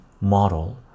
model